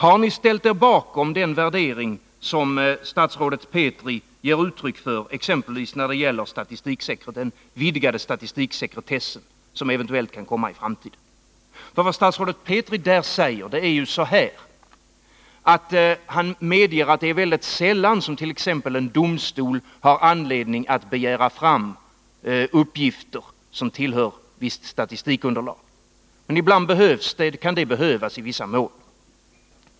Har ni då ställt er bakom den värdering som statsrådet Petri ger uttryck för exempelvis när det gäller den vidgade statistiksekretessen, som eventuellt kan komma i framtiden? Vad statsrådet Petri säger på den punkten är ju följande. Han medger att det är väldigt sällan t.ex. en domstol har anledning att begära fram uppgifter som tillhör visst statistikunderlag, men det kan behövas i vissa mål.